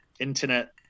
Internet